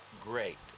great